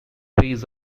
ways